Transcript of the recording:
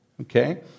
Okay